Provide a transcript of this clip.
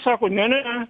sako ne ne ne